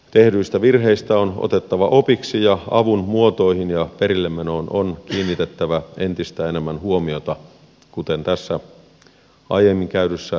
tehdyistä virheistä on otettava opiksi ja avun muotoihin ja perillemenoon on kiinnitettävä entistä enemmän huomiota kuten tässä aiemmin käydyssä keskustelussa yhdessä totesimme